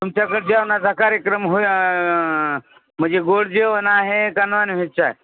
तुमच्याकडे जेवणाचा कार्यक्रम होय म्हणजे गोड जेवण आहे का नौन व्हेचं